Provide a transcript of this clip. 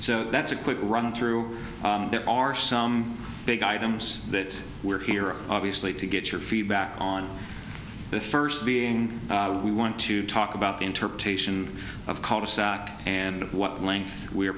so that's a quick run through there are some big items that we're here obviously to get your feet back on the first being we want to talk about interpretation of cul de sac and what length we are